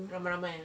ramai-ramai